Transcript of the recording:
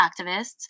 activists